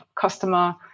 customer